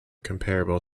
comparable